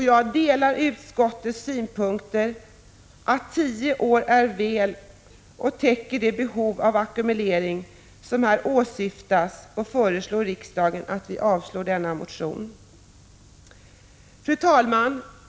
Jag delar utskottets synpunkt att 10 år väl täcker de behov av ackumulering som här åsyftas och föreslår riksdagen att avslå denna motion. Fru talman!